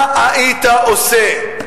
מה היית עושה?